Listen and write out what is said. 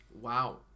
Wow